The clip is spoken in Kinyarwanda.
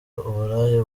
uburaya